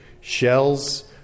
shells